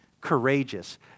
courageous